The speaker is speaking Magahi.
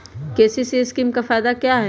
के.सी.सी स्कीम का फायदा क्या है?